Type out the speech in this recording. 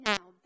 Now